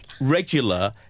regular